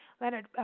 Leonard